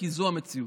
כי זו המציאות.